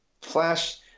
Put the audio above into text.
Flash